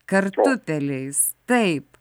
kartupeliais taip